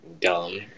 dumb